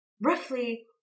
Roughly